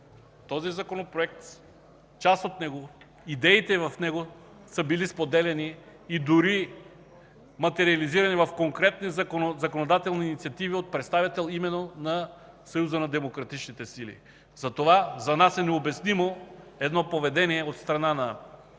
този Законопроект, част от него, идеите в него са били споделяни и дори материализирани в конкретни законодателни инициативи именно от представител на Съюза на демократичните сили. За нас е необяснимо поведение от страна на представители